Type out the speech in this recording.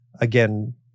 Again